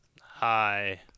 Hi